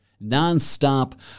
Non-stop